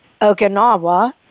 Okinawa